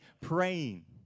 praying